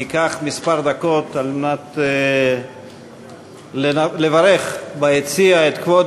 אנחנו ניקח כמה דקות על מנת לברך את כבוד